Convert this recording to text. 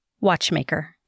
Watchmaker